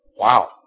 Wow